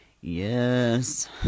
Yes